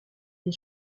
des